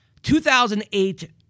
2008